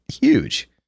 huge